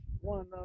One